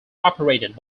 operated